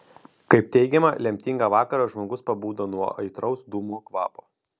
kaip teigiama lemtingą vakarą žmogus pabudo nuo aitraus dūmų kvapo